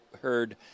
heard